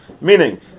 Meaning